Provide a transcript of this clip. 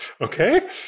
okay